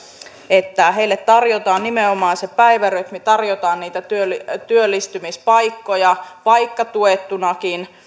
että heille tarjotaan nimenomaan se päivärytmi tarjotaan niitä työllistymispaikkoja vaikka tuettunakin